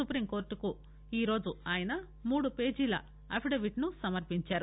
సుప్రీంకోర్టుకు ఆయనఈరోజు మూడు పేజీల అఫిడవిట్ ని సమర్పించారు